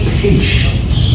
patience